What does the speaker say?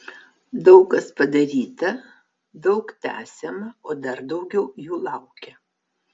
daug kas padaryta daug tęsiama o dar daugiau jų laukia